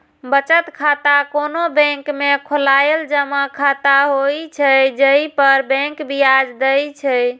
बचत खाता कोनो बैंक में खोलाएल जमा खाता होइ छै, जइ पर बैंक ब्याज दै छै